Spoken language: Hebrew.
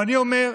ואני אומר: